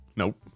Nope